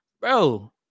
Bro